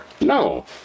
No